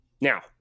now